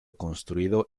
construido